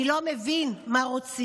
אני לא מבין, מה רוצים?